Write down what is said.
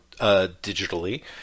Digitally